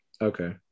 okay